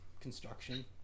construction